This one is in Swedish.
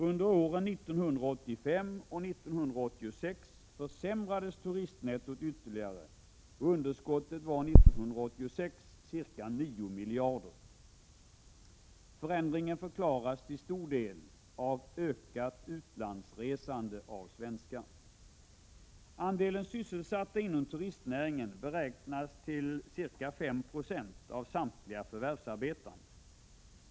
Under åren 1985 och 1986 försämrades turistnettot ytterligare, och underskottet var 1986 ca 9 miljarder kronor. Förändringen förklaras till stor del av ökat utlandsresande av svenskar. Andelen sysselsatta inom turistnäringen beräknas till ca 5 96 av samtliga förvärvsarbetande.